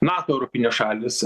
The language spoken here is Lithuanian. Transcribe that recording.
nato europinės šalys